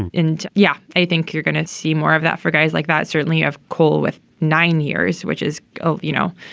and and yeah, i think you're going to see more of that for guys like that. certainly of coal with nine years, which is, you know,